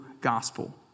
gospel